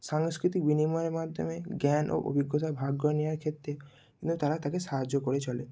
সাংস্কৃতিক বিনিময়ের মাধ্যমে জ্ঞান ও অভিজ্ঞতা ভাগ করে নেওয়ার ক্ষেত্রে কিন্তু তারা তাকে সাহায্য করে চলে